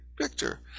Victor